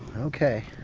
okay.